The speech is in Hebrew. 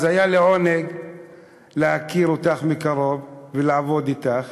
אז היה לעונג להכיר אותך מקרוב ולעבוד אתך,